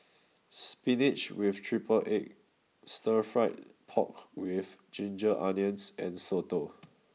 spinach with triple egg stir fried pork with ginger onions and soto